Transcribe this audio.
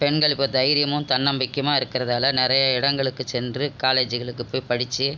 பெண்கள் இப்போ தைரியமும் தன்னம்பிக்கையுமாக இருக்கிறதால நிறைய இடங்களுக்கு சென்று காலேஜிக்களுக்கு போய் படிச்சு